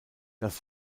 das